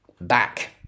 back